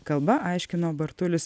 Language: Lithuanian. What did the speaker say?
kalba aiškino bartulis